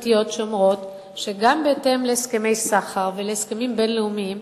משפטיות שאומרות שגם בהתאם להסכמי סחר ולהסכמים בין-לאומיים,